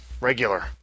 regular